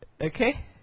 Okay